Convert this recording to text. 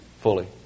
fully